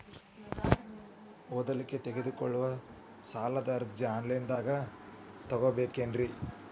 ಓದಲಿಕ್ಕೆ ತಗೊಳ್ಳೋ ಸಾಲದ ಅರ್ಜಿ ಆನ್ಲೈನ್ದಾಗ ತಗೊಬೇಕೇನ್ರಿ?